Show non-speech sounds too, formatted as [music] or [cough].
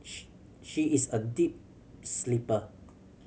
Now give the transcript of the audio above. [unintelligible] she is a deep sleeper